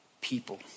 people